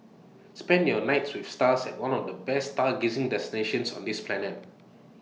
spend your nights with stars at one of the best stargazing destinations on this planet